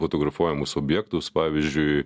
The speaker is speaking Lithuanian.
fotografuojamus objektus pavyzdžiui